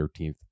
13th